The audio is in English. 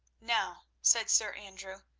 now, said sir andrew,